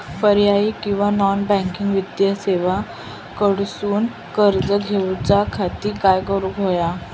पर्यायी किंवा non banking वित्तीय सेवा कडसून कर्ज घेऊच्या खाती काय करुक होया?